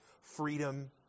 freedom